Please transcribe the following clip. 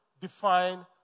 define